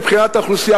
מבחינת האוכלוסייה,